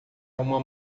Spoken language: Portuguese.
uma